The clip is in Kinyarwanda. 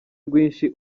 rwinshi